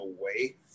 away